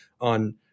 on